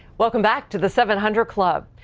welcome back to the seven hundred club.